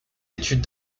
études